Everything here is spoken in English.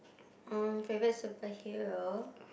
uh favourite superhero